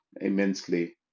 immensely